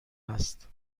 است